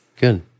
Good